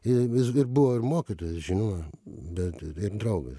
i vis ir buvo ir mokytojas žinoma bet ir draugas